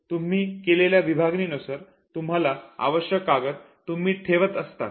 तुम्ही केलेल्या विभागणी नुसार तुम्हाला आवश्यक कागद तुम्ही ठेवत असतात